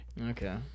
Okay